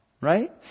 Right